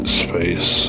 space